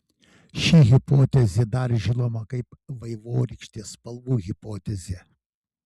ši hipotezė dar žinoma kaip vaivorykštės spalvų hipotezė